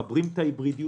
מחברים את ההיברידיות.